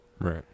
Right